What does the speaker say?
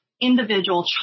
individual